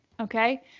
Okay